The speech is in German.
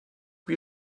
wie